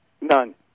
None